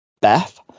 Beth